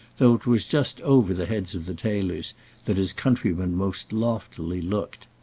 though it was just over the heads of the tailors that his countryman most loftily looked.